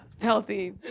healthy